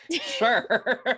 Sure